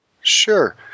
Sure